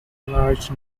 large